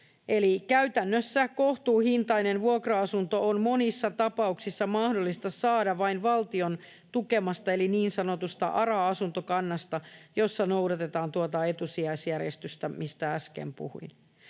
Eli ”käytännössä kohtuuhintainen vuokra-asunto on monissa tapauksissa mahdollista saada vain valtion tukemasta eli niin sanotusta ARA-asuntokannasta, jossa noudatetaan tuota etusijajärjestystä”, mistä äsken puhuin.